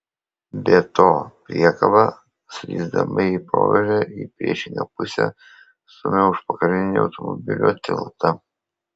be to priekaba slysdama į provėžą į priešingą pusę stumia užpakalinį automobilio tiltą